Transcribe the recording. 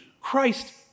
Christ